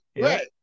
right